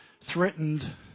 threatened